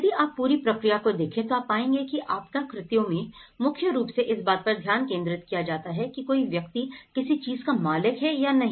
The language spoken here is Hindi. यदि आप पूरी प्रक्रिया को देखें तो आप पाएंगे की आपदा कृत्यों में मुख्य रूप से इस बात पर ध्यान केंद्रित किया जाता है कि कोई व्यक्ति किसी चीज़ का मालिक है या नहीं